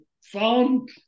found